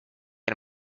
and